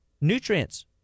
nutrients